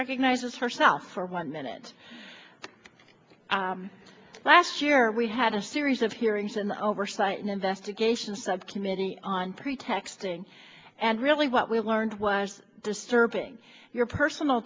recognizes herself for one minute last year we had a series of hearings and oversight and investigation subcommittee on pretexting and really what we learned was disturbing your personal